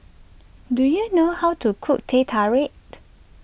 do you know how to cook Teh Tarik